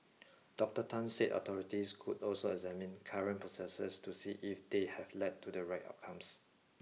Doctor Tan said authorities could also examine current processes to see if they have led to the right outcomes